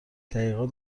تحقیقات